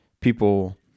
people